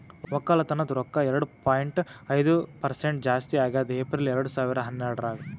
ಒಕ್ಕಲತನದ್ ರೊಕ್ಕ ಎರಡು ಪಾಯಿಂಟ್ ಐದು ಪರಸೆಂಟ್ ಜಾಸ್ತಿ ಆಗ್ಯದ್ ಏಪ್ರಿಲ್ ಎರಡು ಸಾವಿರ ಹನ್ನೆರಡರಾಗ್